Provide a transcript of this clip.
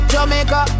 Jamaica